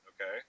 Okay